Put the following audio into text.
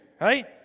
right